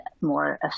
more